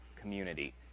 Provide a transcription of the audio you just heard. community